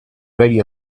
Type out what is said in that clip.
ready